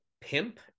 pimp